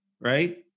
right